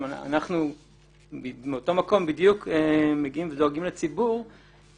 גם אנחנו מאותו מקום בדיוק מגיעים ודואגים לציבור.